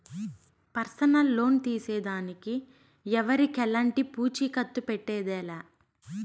personal loan తీసేదానికి ఎవరికెలంటి పూచీకత్తు పెట్టేదె లా